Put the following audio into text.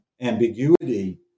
ambiguity